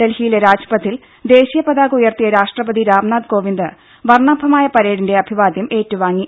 ഡൽഹിയിലെ രാജ്പഥിൽ ദേശീയ പതാക ഉയർത്തിയ രാഷ്ട്രപതി രാംനാഥ് കോവിന്ദ് വർണ്ണാഭമായ പരേഡിന്റെ അഭിവാദ്യം ഏറ്റുവാങ്ങി